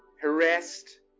Harassed